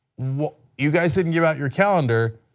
you guys didn't give out your calendar.